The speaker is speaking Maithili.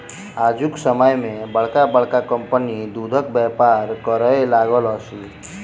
आजुक समय मे बड़का बड़का कम्पनी दूधक व्यापार करय लागल अछि